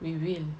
we will